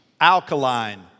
alkaline